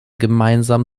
gemeinsam